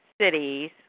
Cities